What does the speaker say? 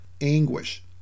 anguish